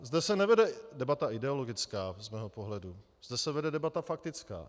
Zde se nevede debata ideologická z mého pohledu, zde se vede debata faktická.